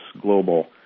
Global